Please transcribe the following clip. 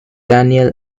daniel